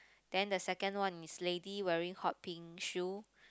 then the second one lady wearing hot pink shoe